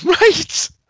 Right